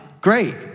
Great